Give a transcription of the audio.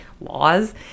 laws